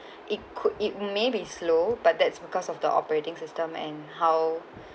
it could it may be slow but that's because of the operating system and how